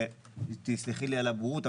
ותסלחי לי על הבורות,